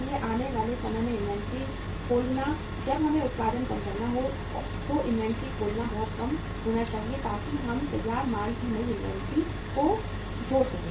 इसलिए आने वाले समय में इन्वेंट्री खोलना जब हमें उत्पादन कम करना हो तो इनवेंटरी खोलना बहुत कम होना चाहिए ताकि हम तैयार माल की नई इन्वेंट्री को जोड़ सकें